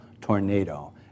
tornado